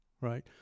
Right